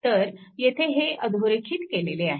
तर येथे हे अधोरेखित केलेले आहे